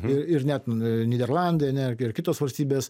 ir net nyderlandai ar ne ir kitos valstybės